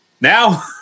Now